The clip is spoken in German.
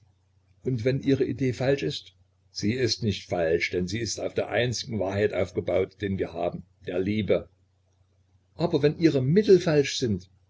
und wenn ihre idee falsch ist sie ist nicht falsch denn sie ist auf der einzigen wahrheit aufgebaut die wir haben der liebe aber wenn ihre mittel falsch sind